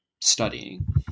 studying